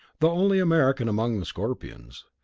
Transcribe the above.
the only american among the scorpions.